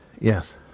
Yes